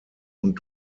und